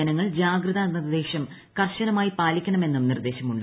ജനങ്ങൾ ജാഗ്രതാ നിർദ്ദേശം കർശനമായി പാലിക്കണമെന്നും നിർദ്ദേശമുണ്ട്